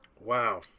Wow